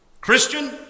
Christian